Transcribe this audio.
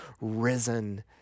risen